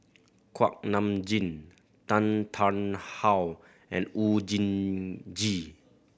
Kuak Nam Jin Tan Tarn How and Oon Jin Gee